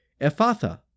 Ephatha